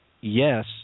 yes